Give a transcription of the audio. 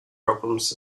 problems